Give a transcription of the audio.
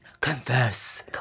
Confess